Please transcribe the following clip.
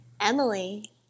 Emily